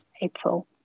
April